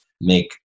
make